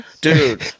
dude